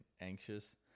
anxious